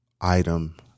Item